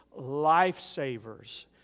lifesavers